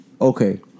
okay